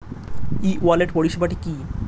ই wallet পরিষেবাটি কি?